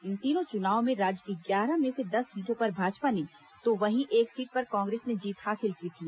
इन तीनों चुनावों में राज्य की ग्यारह में से दस सीटों पर भाजपा ने तो वहीं एक सीट पर कांग्रेस ने जीत हासिल की थी